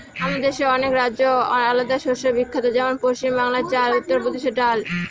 আমাদের দেশের অনেক রাজ্যে আলাদা শস্য বিখ্যাত যেমন পশ্চিম বাংলায় চাল, উত্তর প্রদেশে ডাল